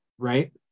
right